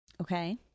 Okay